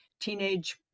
teenage